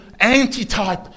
antitype